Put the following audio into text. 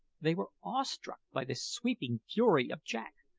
they were awestruck by the sweeping fury of jack,